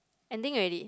ending already